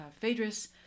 Phaedrus